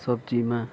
सब्जीमा